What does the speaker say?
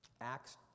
Acts